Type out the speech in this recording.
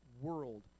world